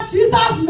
Jesus